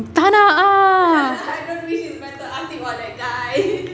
tak nak ah